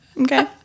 Okay